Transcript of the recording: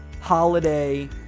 Holiday